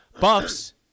Buffs